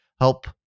help